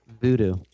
Voodoo